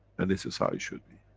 and this is how it should be.